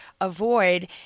avoid